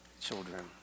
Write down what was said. children